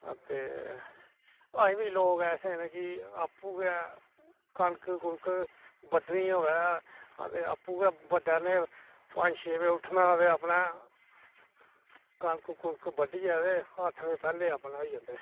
ते ऐहीं बी लोक ऐसे न कि आपूं गै कनक बड्डनी होवै ते आपूं गै बडलै पंज छे बजे उट्ठना कनक बड्डियै ते अट्ठ बजे पैह्लें अरपने आई जंदे